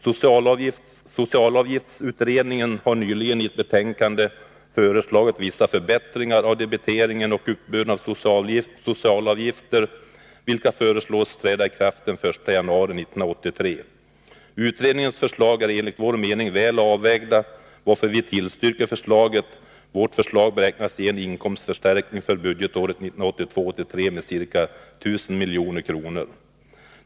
Socialavgiftsutredningen har nyligen i ett betänkande föreslagit vissa förbättringar av debiteringen och uppbörden av socialavgifter, vilka föreslås träda i kraft den 1 januari 1983. Utredningens förslag är enligt vår mening väl avvägda, varför vi tillstyrker förslaget. Vårt förslag beräknas ge en inkomstförstärkning för budgetåret 1982/83 med ca 1000 milj.kr.